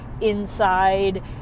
inside